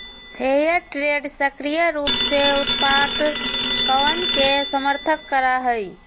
fair trade सक्रिय रूप से उत्पादकवन के समर्थन करा हई